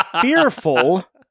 fearful